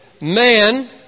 man